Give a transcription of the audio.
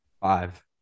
five